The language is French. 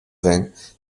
vingt